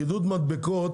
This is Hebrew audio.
פקידות מדבקות